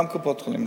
גם בקופות-חולים.